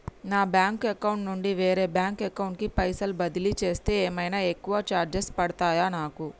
నా bank account నుండి వేరే బ్యాంక్ అకౌంట్ కి పైసల్ బదిలీ చేస్తే ఏమైనా ఎక్కువ చార్జెస్ పడ్తయా నాకు?